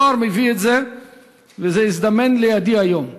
הזוהר מביא את זה וזה הזדמן לידי היום.